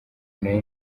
nari